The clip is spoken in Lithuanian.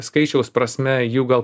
skaičiaus prasme jų gal